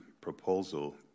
proposal